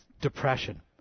Depression